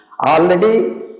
Already